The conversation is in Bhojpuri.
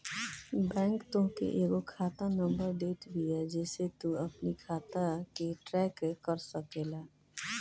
बैंक तोहके एगो खाता नंबर देत बिया जेसे तू अपनी खाता के ट्रैक कर सकेला